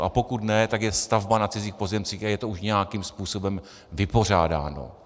A pokud ne, tak je to stavba na cizích pozemcích a je to už nějakým způsobem vypořádáno.